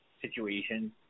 situation